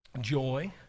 joy